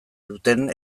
duten